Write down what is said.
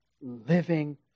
living